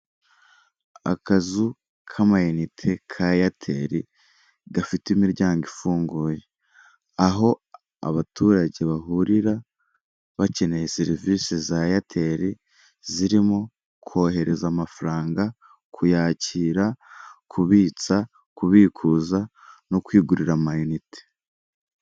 Akazu k'amayinite ka eyateri gafite imiryango ifunguye, aho abaturage bahurira bakeneye serivisi za airtel zirimo kohereza amafaranga, kuyakira, kubitsa kubikuza no kwigurira amayinite.